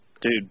Dude